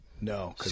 No